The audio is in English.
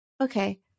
okay